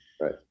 Right